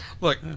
Look